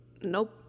Nope